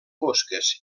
fosques